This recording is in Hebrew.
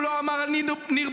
הוא לא אמר על ניר ברקת,